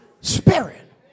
Spirit